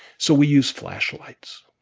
so we use flashlights.